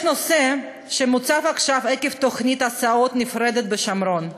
יש נושא שמוצף עכשיו עקב תוכנית הסעות נפרדת בשומרון.